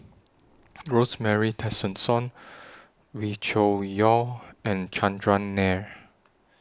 Rosemary Tessensohn Wee Cho Yaw and Chandran Nair